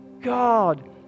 God